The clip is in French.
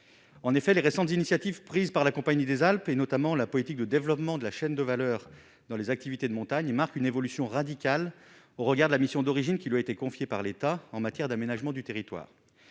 en effet, les récentes initiatives prises par la Compagnie des Alpes, et notamment la politique de développement de la chaîne de valeur dans les activités de montagne marque une évolution radicale au regard de la mission d'origine qui lui a été confiée par l'État en matière d'aménagement du territoire,